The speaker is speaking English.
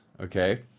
okay